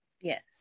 Yes